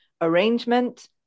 arrangement